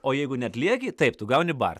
o jeigu neatlieki taip tu gauni bart